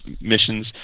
missions